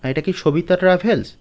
হ্যাঁ এটা কি সবিতা ট্রাভেলস